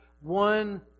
one